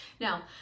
now